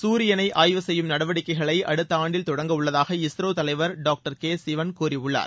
சூரியனை ஆய்வு செய்யும் நடவடிக்கைகளை அடுத்த ஆண்டில் தொடங்கவுள்ளதாக இஸ்ரோ தலைவர் டாக்டர் கே சிவன் கூறியுள்ளார்